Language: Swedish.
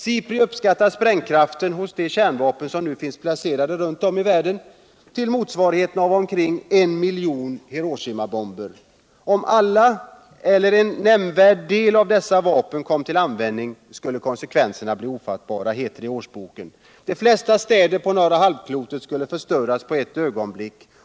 SIPRI uppskattar sprängkraften hos de kärnvapen som nu finns placerade runt om I världen till motsvarigheten av omkring en miljon Hiroshimabomber. ”Om alla eller en nämnvärd del av dessa vapen kom till användning skulle konsekvenserna bli ofattbara”, heter det i årsboken. ”De Nesta städer på norra halvklotet skulle förstöras på et ögonblick.